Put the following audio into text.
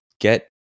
get